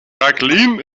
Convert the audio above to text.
jacqueline